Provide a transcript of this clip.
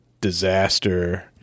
disaster